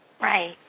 Right